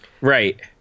Right